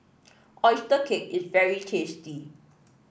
oyster cake is very tasty